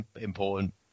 important